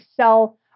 sell